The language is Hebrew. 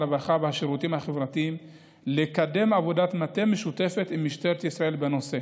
הרווחה והשירותים החברתיים לקדם עבודת מטה משותפת עם משטרת ישראל בנושא.